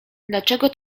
dlaczego